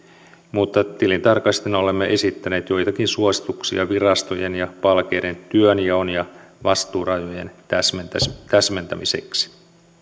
mutta tilintarkastajina olemme esittäneet joitakin suosituksia virastojen ja palkeiden työnjaon ja vastuurajojen täsmentämiseksi